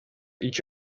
each